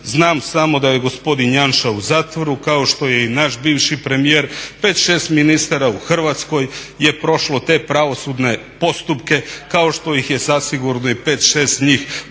znam samo da je gospodin Janša u zatvoru kao što je i naš bivši premijer. 5-6 ministara u Hrvatskoj je prošlo te pravosudne postupke, kao što ih je zasigurno i 5-6 njih